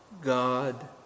God